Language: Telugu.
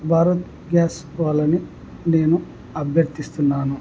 భారత్ గ్యాస్ వాళ్ళని నేను అభ్యర్థస్తున్నాను